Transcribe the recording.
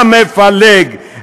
המפלג,